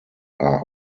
are